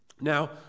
Now